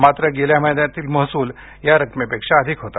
मात्र गेल्या महिन्यातील महसूल या रकमेपेक्षा अधिक होता